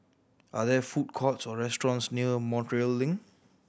are there food courts or restaurants near Montreal Link